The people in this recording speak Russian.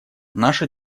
наша